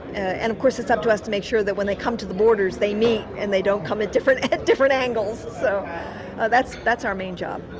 and, of course, it's up to us to make sure that when they come to the borders they meet and they don't come at different, at different angles, so that's, that's our main job.